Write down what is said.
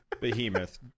behemoth